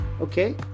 okay